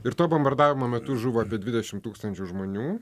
ir to bombardavimo metu žuvo dvidešim tūkstančių žmonių